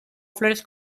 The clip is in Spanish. flores